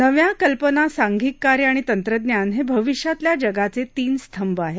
नव्या कल्पना सांधिक कार्य आणि तंत्रज्ञान हे भाविष्यातल्या जगाचे तीन स्तंभ आहेत